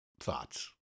thoughts